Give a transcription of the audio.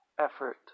effort